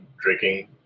drinking